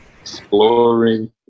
exploring